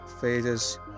phases